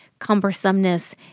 cumbersomeness